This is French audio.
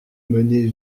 mener